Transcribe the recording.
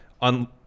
on